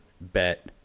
bet